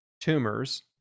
tumors